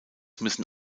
müssen